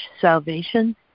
salvation